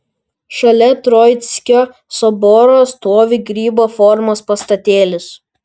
šalia troickio soboro stovi grybo formos pastatėlis